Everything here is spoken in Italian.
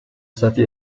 stati